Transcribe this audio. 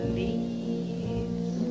leaves